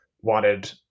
wanted